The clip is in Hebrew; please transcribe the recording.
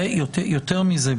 יותר מזה,